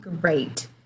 Great